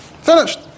Finished